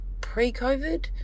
pre-COVID